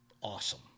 awesome